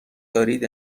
دارید